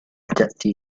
تأتي